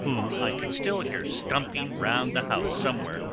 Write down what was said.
whom i could still hear stumping round the house somewhere,